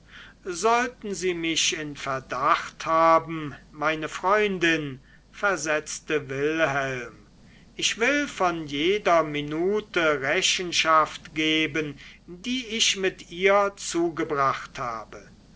sollten sie mich in verdacht haben meine freundin versetzte wilhelm ich will von jeder minute rechenschaft geben die ich mit ihr zugebracht habe